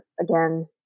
again